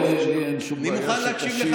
לי אין שום בעיה שתשיב.